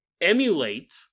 emulate